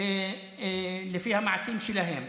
לפי המעשים שלהם.